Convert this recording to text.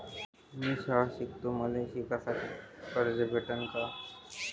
मी शाळा शिकतो, मले शिकासाठी कर्ज भेटन का?